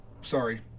Sorry